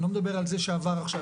אני לא מדבר על זה שעבר עכשיו,